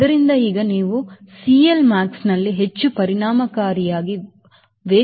ಆದ್ದರಿಂದ ಈಗ ನೀವು CLmaxನಲ್ಲಿ ಹೆಚ್ಚು ಪರಿಣಾಮಕಾರಿ ವರ್ಧನೆಯನ್ನು ಹೊಂದಬಹುದು